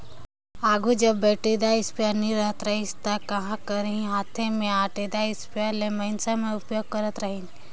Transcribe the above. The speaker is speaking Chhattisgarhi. आघु जब बइटरीदार इस्पेयर नी रहत रहिस ता का करहीं हांथे में ओंटेदार इस्परे ल मइनसे मन उपियोग करत रहिन